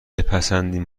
بپسندین